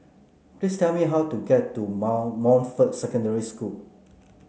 please tell me how to get to Montfort Secondary School